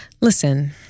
Listen